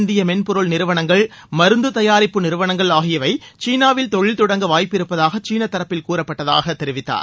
இந்திய மென்பொருள் நிறுவனங்கள் மருந்து தயாரிப்பு நிறுவனங்கள் ஆகியவை சீனாவில் தொழில் தொடங்க வாய்ப்பு இருப்பதாக சீனத் தரப்பில் கூறப்பட்டதாகத் தெரிவித்தார்